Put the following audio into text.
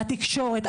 התקשורת,